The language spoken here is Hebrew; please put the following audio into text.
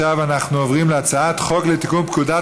אנחנו עוברים להצעת חוק לתיקון פקודת